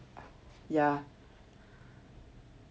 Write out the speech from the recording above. ya